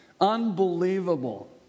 Unbelievable